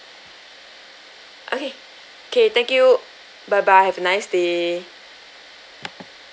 okay okay thank you bye bye have a nice day